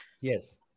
Yes